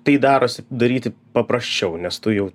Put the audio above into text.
tai darosi daryti paprasčiau nes tu jau